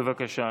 בבקשה,